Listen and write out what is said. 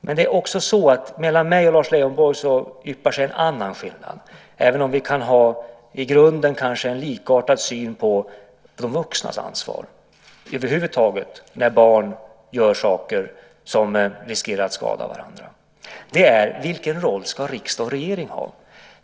Men mellan mig och Lars Leijonborg yppar sig en annan skillnad, även om vi i grunden kanske kan ha en likartad syn på de vuxnas ansvar över huvud taget när barn gör saker som innebär att de riskerar att skada varandra, nämligen när det gäller vilken roll som riksdag och regering ska ha.